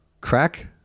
Crack